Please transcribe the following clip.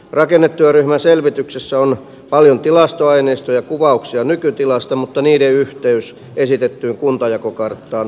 rakennetyöryhmän selvityksessä on paljon tilastoaineistoa ja kuvauksia nykytilasta mutta niiden yhteys esitettyyn kuntajakokarttaan ontuu pahasti